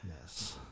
Yes